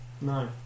no